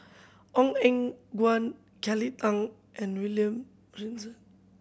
Ong Eng Guan Kelly Tang and William Robinson